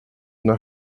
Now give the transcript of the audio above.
una